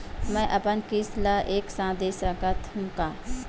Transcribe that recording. मै अपन किस्त ल एक साथ दे सकत हु का?